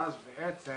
ואז בעצם